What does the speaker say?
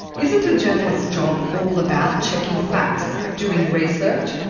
isn't a journalist's job all about checking facts, doing research,